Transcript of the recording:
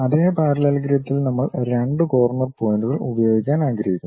അതേ പാരല്ലലഗ്രത്തിൽ നമ്മൾ 2 കോർണർ പോയിന്റുകൾ ഉപയോഗിക്കാൻ ആഗ്രഹിക്കുന്നു